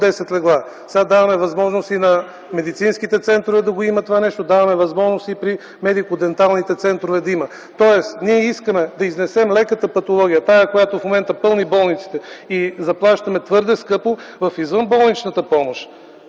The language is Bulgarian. легла, сега даваме възможност и в медицинските центрове да го има това нещо, даваме възможност и при медико-денталните центрове да го има. Тоест, ние искаме да изнесем леката патология – тази, която в момента пълни болниците и заплащаме за нея твърде скъпо, в извънболничната помощ.